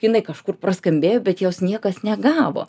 jinai kažkur praskambėjo bet jos niekas negavo